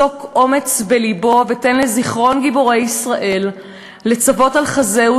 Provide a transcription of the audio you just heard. צוק אומץ בלבו ותן לזיכרון גיבורי ישראל לצוות על חזהו,